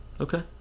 Okay